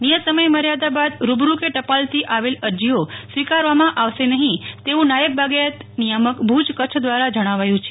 નિયત સમયમર્યાદા બોદ રુબરુ કે ટપાલ થીઆવેલ અરજીઓ સ્વીકારવામાં આવશે નફીં તેવું નાયબ બાગાયંત નિયામક ભુજ કચ્છ દ્વારાજણાવાયું છે